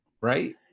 Right